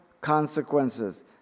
consequences